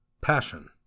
Passion